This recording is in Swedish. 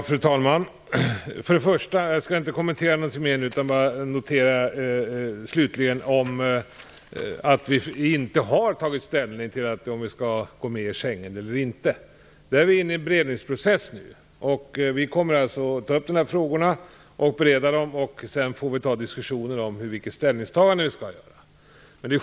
Fru talman! Jag har inga ytterligare kommentarer utan noterar bara slutligen att vi inte har tagit ställning till om vi skall gå med i Schengensamarbetet eller inte. Vi är nu inne i en beredningsprocess, och vi kommer att ta upp och bereda de här frågorna. Sedan får vi diskutera ställningstagandet.